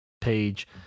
page